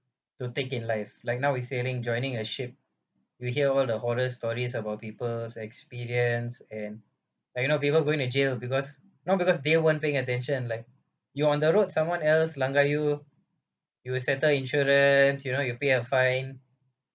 don't think in like like now we sailing joining a ship you hear all the horror stories about people's experience and like you know people going to jail because not because they weren't paying attention like you on the road someone else langgar you you will settle insurance you know you'll pay a fine